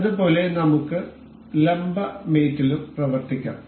അതുപോലെ നമുക്ക് ലംബ മേറ്റ് ലും പ്രവർത്തിക്കാം